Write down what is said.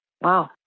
Wow